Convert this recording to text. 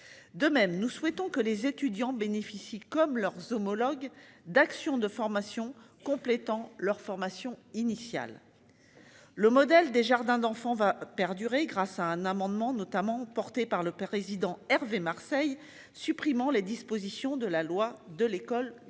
De même, nous souhaitons que les étudiants bénéficient comme leurs homologues d'actions de formation complétant leur formation initiale. Le modèle des jardins d'enfants va perdurer grâce à un amendement notamment porté par le président Hervé Marseille supprimant les dispositions de la loi de l'école de